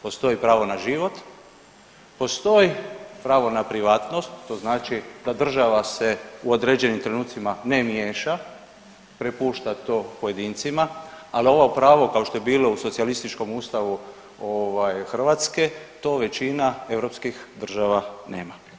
Postoji pravo na život, postoji pravo na privatnost to znači da država se u određenim trenucima ne miješa, prepušta to pojedincima, ali ovo pravo kao što je bilo u socijalističkom ustavu ovaj Hrvatske to većina europskih država nema.